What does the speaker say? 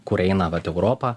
kur eina vat europa